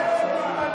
נמנעו.